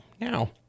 now